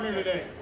today.